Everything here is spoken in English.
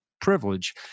privilege